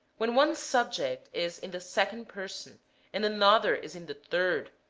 when one subject is in the second person and an other is in the third,